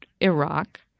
Iraq